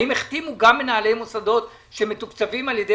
האם החתימו גם מנהלי מוסדות שמתוקצבים על ידי